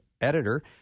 editor